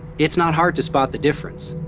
it's not hard to spot the difference.